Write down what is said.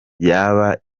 yaba